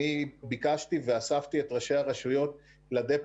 אני ביקשתי ואספתי את ראשי הרשויות ל-דפו